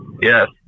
yes